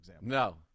No